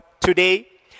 today